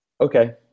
okay